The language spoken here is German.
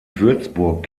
würzburg